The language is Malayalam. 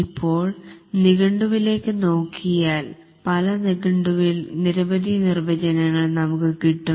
ഇപ്പോൾ നിഘണ്ടുവിലേക്കു നോക്കിയാൽ പല നിഘണ്ടുവിൽ നിരവധി നിർവചനങ്ങൾ നമുക്കു കിട്ടും